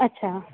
अच्छा